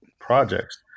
projects